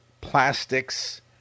plastics